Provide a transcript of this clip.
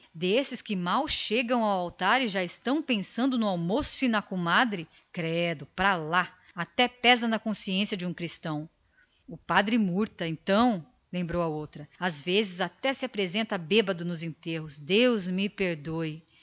desses que mal chegam ao altar estão pensando no almoço e na comadre deus te livre credo até pesa na consciência de um cristão como o padre murta lembrou a outra oh esse nem se fala às vezes deus me perdoe